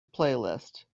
playlist